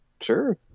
Sure